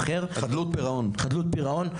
חדלות פירעון,